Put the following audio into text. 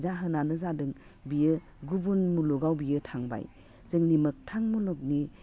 जाहोनानो जादों बियो गुबुन मुलुगाव बियो थांबाय जोंनि मोगथां मुलुगनि